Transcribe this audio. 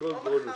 זה הכול בונוס.